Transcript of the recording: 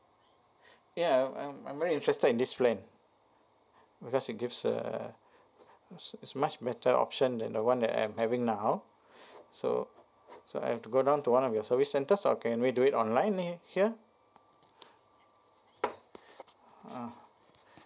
ya I'm I'm I'm very interested in this plan because it gives uh it's it's much better option than the one that I'm having now so so I have to go down to one of your service centers or can we do it online here ah